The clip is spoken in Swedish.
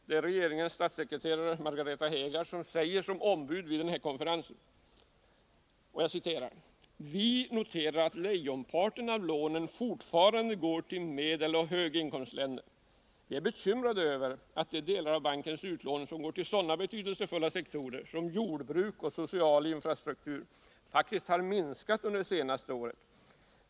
I samband med IDB:s årsmöte 1979 yttrade dåvarande statssekreteraren Margareta Hegardt, som var ordförande i den svenska delegationen: ”Vi noterar ——— att lejonparten av lånen fortfarande går till medeloch höginkomstländer. Vi är bekymrade över att de delar av bankens utlåning som går till sådana betydelsefulla sektorer som jordbruk och social infrastruktur faktiskt har minskat under det senaste året.